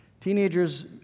Teenagers